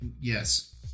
Yes